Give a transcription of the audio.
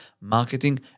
marketing